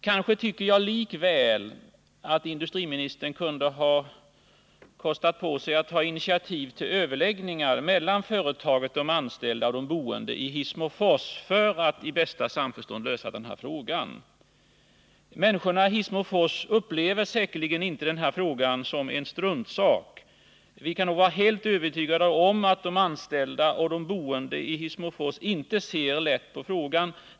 Jag tycker likväl att industriministern kunde ha kostat på sig att ta initiativ till överläggningar mellan företaget, de anställda och de boende i Hissmofors för att i bästa samförstånd lösa detta problem. Människorna i Hissmofors upplever säkerligen inte denna fråga som en struntsak. Vi kan vara helt övertygade om att de anställda och de boende i Hissmofors inte ser lätt på frågan.